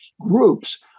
groups